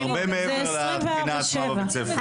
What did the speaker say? זה הרבה מעבר לתקינה עצמה בבית הספר.